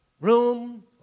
room